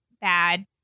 bad